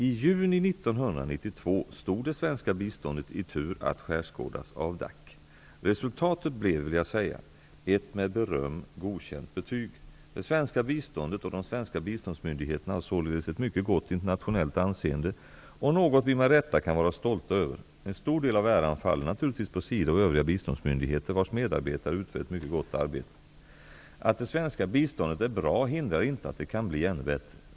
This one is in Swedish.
I juni 1992 stod det svenska biståndet i tur att skärskådas av DAC. Resultatet blev, vill jag säga, ett med beröm godkänt betyg. Det svenska biståndet och de svenska biståndsmyndigheterna har således ett mycket gott internationellt anseende, och det är något vi med rätta kan vara stolta över. En stor del av äran faller naturligtvis på SIDA och övriga biståndsmyndigheter vars medarbetare utför ett mycket gott arbete. Att det svenska biståndet är bra hindrar inte att det kan bli ännu bättre.